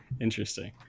Interesting